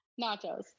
Nachos